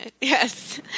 Yes